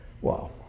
Wow